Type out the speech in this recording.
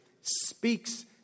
speaks